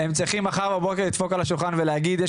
הם צריכים מחר בבוקר לדפוק על השולחן ולהגיד "יש